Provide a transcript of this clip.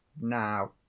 now